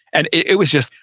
and it was just,